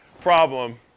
problem